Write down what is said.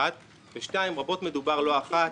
דבר שני, רבות דובר, לא אחת,